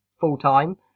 full-time